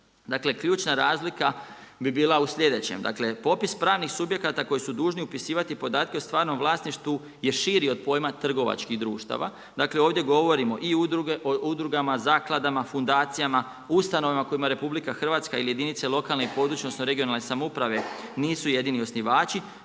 Dakle, ključna razlika bi bila u sljedećem. Dakle, popisi pravnih subjekata koji su dužni upisivati podatke u stvarnom vlasništvu je širi od pojma trgovačkih društava. Dakle, ovdje govorimo i o udrugama, zakladama, fundacijama, ustanovama kojima RH ili jedinice lokalne i područne odnosno regionalne samouprave nisu jedini osnivači,